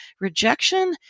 rejection